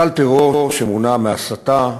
גל טרור שמונע מהסתה,